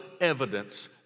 evidence